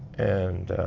and